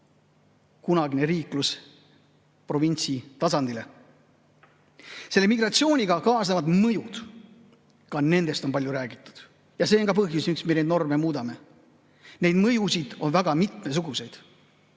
kunagine riiklus provintsi tasandile. Ka selle migratsiooniga kaasnevatest mõjudest on palju räägitud. Need on ka põhjus, miks me neid norme muudame. Neid mõjusid on väga mitmesuguseid.